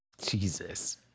Jesus